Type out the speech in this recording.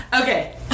Okay